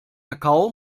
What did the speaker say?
kakao